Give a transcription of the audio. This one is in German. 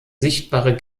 sichtbare